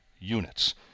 units